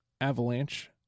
Avalanche